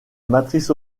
matrice